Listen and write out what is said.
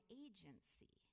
agency